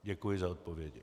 Děkuji za odpovědi.